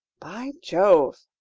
by jove!